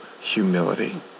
humility